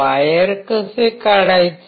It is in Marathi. वायर कसे काढायचे